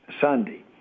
Sunday